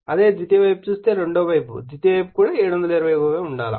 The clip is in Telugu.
అదేవిధంగా ద్వితీయ వైపు చూస్తే రెండవ వైపు ద్వితీయ వైపు కూడా 720 గా ఉండాలి